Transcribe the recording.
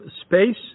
space